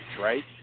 right